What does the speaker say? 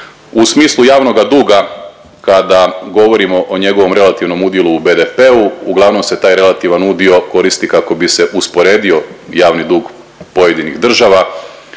U smislu javnoga duga kada govorimo o njegovom relativnom udjelu u BDP-u, uglavnom se taj relativan udio koristi kako bi se usporedio javni dug pojedinih država